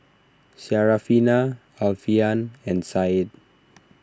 Syarafina Alfian and Said